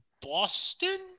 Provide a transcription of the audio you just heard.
Boston